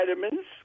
vitamins